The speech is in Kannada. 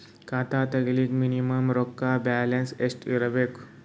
ಖಾತಾ ತೇರಿಲಿಕ ಮಿನಿಮಮ ರೊಕ್ಕ ಬ್ಯಾಲೆನ್ಸ್ ಎಷ್ಟ ಇರಬೇಕು?